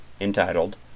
entitled